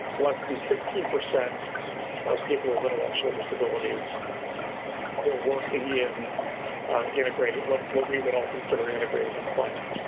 less than sixteen percent of people with intellectual disabilities were working in integrated, what what we would all consider integrated employment.